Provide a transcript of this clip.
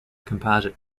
composite